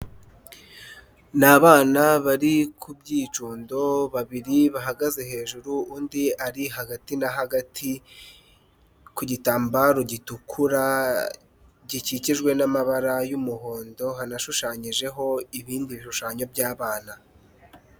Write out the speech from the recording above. Ni abana bari ku by'icundo babiri bahagaze hejuru, undi ari hagati na hagati ku gitambaro gitukura gikikijwe n'amabara y'umuhondo hanashushanyijeho ibindi bishushanyo by'abana.